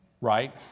right